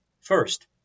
First